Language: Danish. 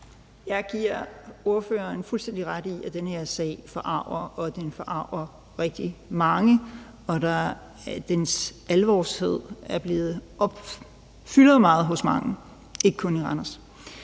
Jeg giver ordføreren fuldstændig ret i, at den her sag forarger, og den forarger rigtig mange, og alvoren af den fylder meget hos mange – ikke kun i Randers.